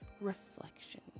reflection